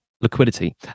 liquidity